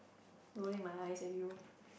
rolling my eyes at you